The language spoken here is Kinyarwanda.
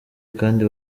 kandi